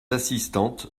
assistantes